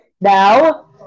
now